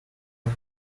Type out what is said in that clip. him